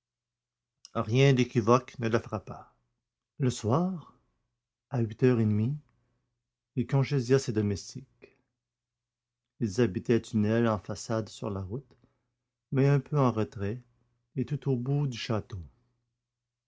rien d'équivoque ne le frappa le soir à huit heures et demie il congédia ses domestiques ils habitaient une aile en façade sur la route mais un peu en retrait et tout au bout du château